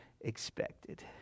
expected